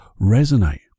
resonate